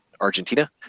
Argentina